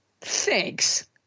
Thanks